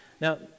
Now